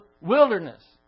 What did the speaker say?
wilderness